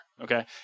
Okay